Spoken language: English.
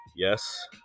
Yes